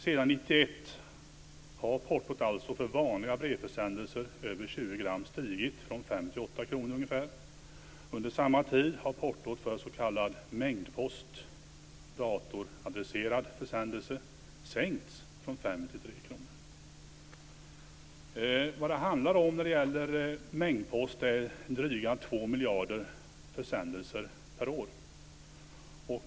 Sedan 1991 har portot för vanliga brevförsändelser över 20 gram stigit från 5 till ca 8 kr. Under samma tid har portot för s.k. mängdpost - datoradresserade försändelser sänkts - från 5 till 3 kr. När det gäller mängdpost handlar det om drygt 2 miljarder försändelser per år.